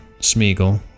Smeagol